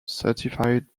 certified